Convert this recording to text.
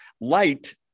Light